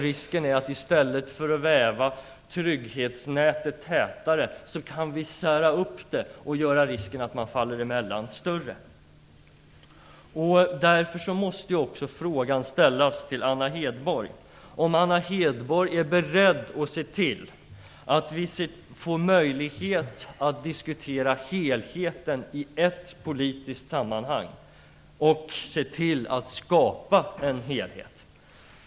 Risken är att vi i stället för att väva trygghetsnätet tätare särar ut det så att risken att falla emellan blir större. Därför måste också den här frågan ställas till Anna Hedborg: Är Anna Hedborg beredd att se till att vi får möjlighet att diskutera helheten i ett politiskt sammanhang och se till att skapa en helhet?